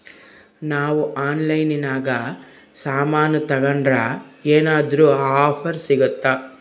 ನಾವು ಆನ್ಲೈನಿನಾಗ ಸಾಮಾನು ತಗಂಡ್ರ ಏನಾದ್ರೂ ಆಫರ್ ಸಿಗುತ್ತಾ?